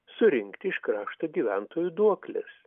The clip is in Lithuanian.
surinkti iš krašto gyventojų duokles